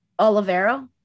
Olivero